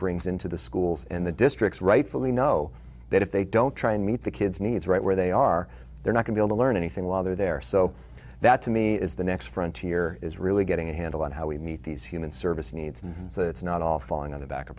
brings into the schools and the districts rightfully know that if they don't try and meet the kids needs right where they are they're not going to learn anything while they're there so that to me is the next frontier is really getting a handle on how we meet these human service needs so that it's not all falling on the back of